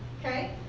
Okay